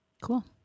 Cool